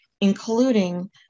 including